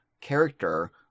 character